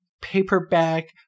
paperback